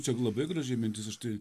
čia labai graži mintis aš tai